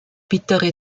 bittere